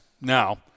Now